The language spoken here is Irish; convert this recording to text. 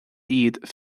iad